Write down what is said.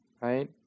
right